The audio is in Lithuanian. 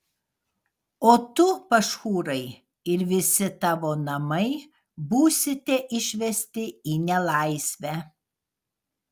o tu pašhūrai ir visi tavo namai būsite išvesti į nelaisvę